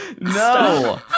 no